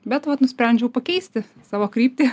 bet vat nusprendžiau pakeisti savo kryptį